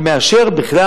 ובכלל,